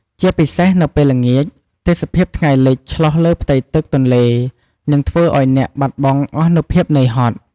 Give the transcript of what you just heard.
ជាពិសេសនៅពេលល្ងាច ទេសភាពថ្ងៃលិចឆ្លុះលើផ្ទៃទឹកទន្លេនឹងធ្វើឲ្យអ្នកបាត់បង់អស់នូវភាពនឿយហត់។